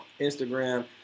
Instagram